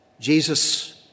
Jesus